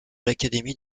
l’académie